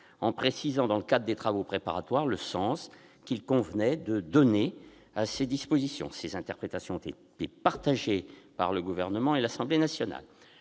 en précisant, dans le cadre des travaux préparatoires, le sens qu'il convenait de donner à certaines dispositions. Ces interprétations ont été partagées par le Gouvernement et l'Assemblée nationale.